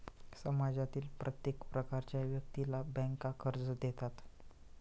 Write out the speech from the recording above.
समाजातील प्रत्येक प्रकारच्या व्यक्तीला बँका कर्ज देतात